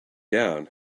down